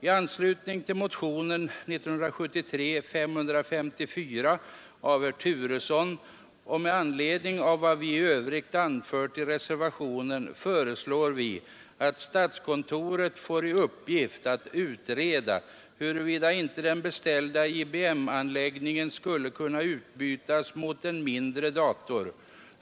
I anslutning till motionen 554 år 1973 av herr Turesson och med hänvisning till vad vi i övrigt anfört i reservationen föreslår vi att statskontoret får i uppgift att utreda huruvida inte den beställda IBM-anläggningen skulle kunna utbytas mot en mindre dator.